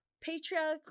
patriarchal